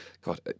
God